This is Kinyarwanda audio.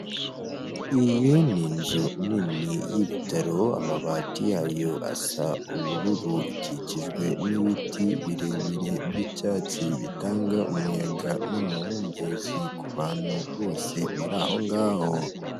Iyi ni inzu nini y'ibitaro, amabati yayo asa ubururu, ikikijwe n'ibiti birebire by'icyatsi bitanga umuyaga n'amahumbezi, ku bantu bose bari aho ngaho.